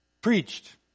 preached